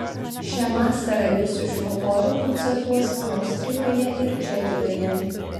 šią vasarą ji su šiuo choru koncertuos austrijoje ir čekijoje